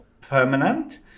permanent